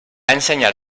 ensenyar